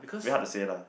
very hard to say lah